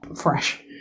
fresh